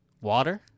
water